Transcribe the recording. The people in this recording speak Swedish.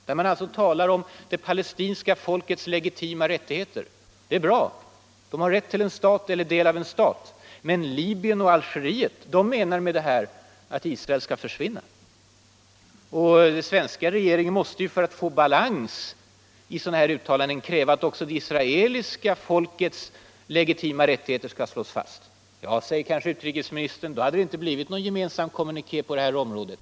Där talar man om ”det palestinska folkets legitima rättigheter”. Det är bra — de har rätt till en stat eller del av en stat. Men Libyen och Algeriet menar med de orden att Israel skall försvinna. Den svenska regeringen måste ju för att få balans i sådana uttalanden kräva att också ”det israeliska folkets legitima rättigheter” skall slås fast. Ja, säger kanske utrikesministern, då hade det inte blivit någon gemensam kommuniké på det här området.